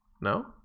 No